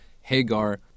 hagar